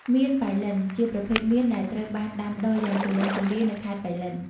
មៀនប៉ៃលិន ជាប្រភេទមៀនដែលត្រូវបានដាំដុះយ៉ាងទូលំទូលាយនៅខេត្តប៉ៃលិន។